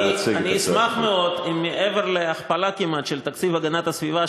אני אשמח מאוד אם מעבר להכפלה כמעט של תקציב הגנת הסביבה,